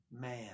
man